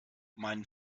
meinen